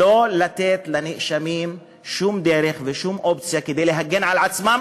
שלא לתת לנאשמים שום דרך ושום אופציה להגן על עצמם,